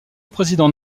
président